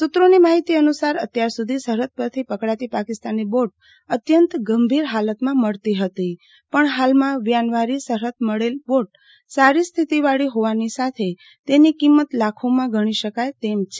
સુત્રોની માહિતી અનુસાર અત્યાર સુધી સરફદ થી પકડાતી પાકિસ્તાની બોટ અંત્યંત ગંભીર ફાલતમાં મળતી ફતી પણ ફાલમાં વ્યાનવારી સરફદ મળેલ બોટ સારી સ્થિતિવાળી ફોવા સાથે તેની કિંમત લાખોમાં ગણી શકાય તેમ છે